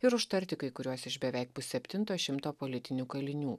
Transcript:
ir užtarti kai kuriuos iš beveik pusseptinto šimto politinių kalinių